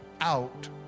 out